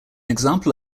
example